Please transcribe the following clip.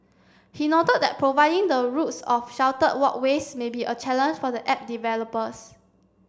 he noted that providing the routes of sheltered walkways may be a challenge for the app developers